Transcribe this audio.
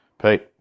Pete